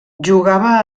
jugava